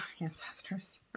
ancestors